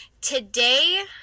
Today